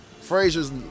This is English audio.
Frazier's